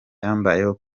byambayeho